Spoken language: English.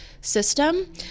system